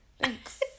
thanks